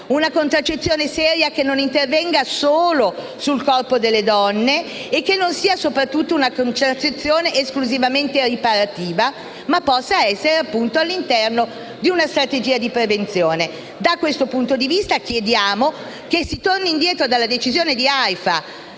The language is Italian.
una contraccezione seria che non intervenga solo sul corpo delle donne e che non sia esclusivamente riparativa, collocandosi all'interno di una strategia di prevenzione. Da questo punto di vista, chiediamo che si torni indietro dalla decisione